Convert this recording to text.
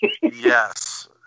Yes